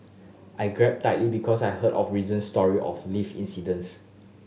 I grabbed tightly because I heard of recent story of lift incidents